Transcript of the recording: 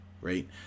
Right